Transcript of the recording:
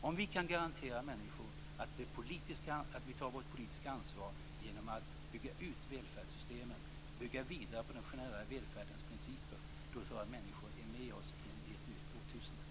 Om vi kan garantera människor att vi tar vårt politiska ansvar genom att bygga ut välfärdssystemen och bygga vidare på den generella välfärdens principer, då tror jag att människor är med oss in i ett nytt årtusende.